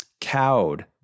cowed